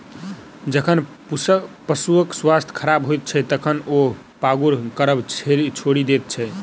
जखन पशुक स्वास्थ्य खराब होइत छै, तखन ओ पागुर करब छोड़ि दैत छै